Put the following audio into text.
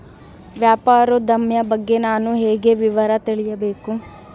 ವ್ಯಾಪಾರೋದ್ಯಮ ಬಗ್ಗೆ ನಾನು ಹೇಗೆ ವಿವರ ತಿಳಿಯಬೇಕು?